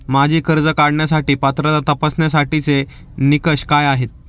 माझी कर्ज काढण्यासाठी पात्रता तपासण्यासाठीचे निकष काय आहेत?